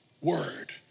word